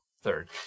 Third